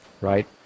right